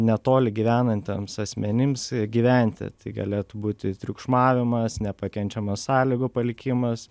netoli gyvenantiems asmenims gyventi tai galėtų būti triukšmavimas nepakenčiamas sąlygų palikimas